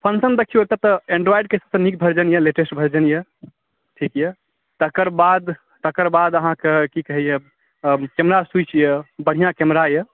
function देखियौ तऽ एंड्राइडके नीक वर्ज़न यए लेटेस्ट वर्ज़न यए ठीक यए तकर बाद तकर बाद अहाँकेँ की कहैए तकर बाद कैमरा ठीक यए बढ़ियाँ कैमरा यए